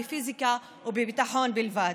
בפיזיקה ובביטחון בלבד.